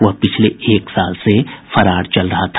वह पिछले एक साल से फरार चल रहा था